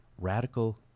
Radical